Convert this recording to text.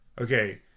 Okay